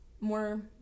more